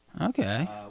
Okay